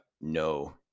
no